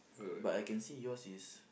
but I can see yours is